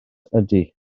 ydy